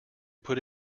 put